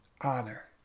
honor